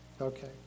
Okay